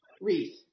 wreath